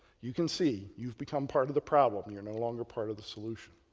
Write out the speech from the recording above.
you can see you've become part of the problem. you're no longer part of the solution.